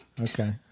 Okay